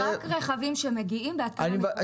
רק רכבים שמגיעים בהתקנה מקורית.